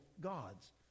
gods